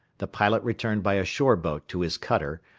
the pilot returned by a shore-boat to his cutter,